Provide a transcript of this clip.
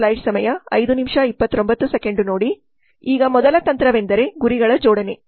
ಈಗ ಮೊದಲ ತಂತ್ರವೆಂದರೆ ಗುರಿಗಳ ಜೋಡಣೆ